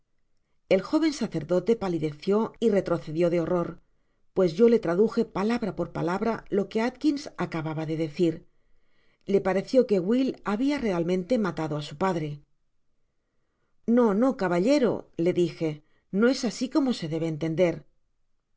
el jóven sacerdote palideció y retrocedió de horror pues yo le traduje palabra r or palabra lo que atkins acababa de decir le pareció que will habia realmente roa tado á su padre no no caballero le dije no es asi como se debe entender